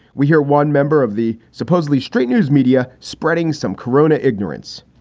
we hear one member of the supposedly straight news media spreading some corona ignorance.